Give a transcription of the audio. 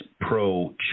pro